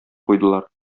куйдылар